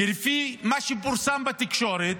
כי לפי מה שפורסם בתקשורת,